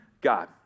God